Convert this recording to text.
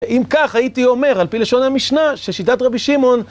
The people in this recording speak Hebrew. אם כך הייתי אומר על פי לשון המשנה ששיטת רבי שמעון